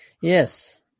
Yes